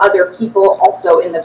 other people also in the